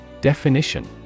Definition